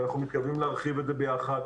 ואנחנו מתכוונים להרחיב את זה ביחד.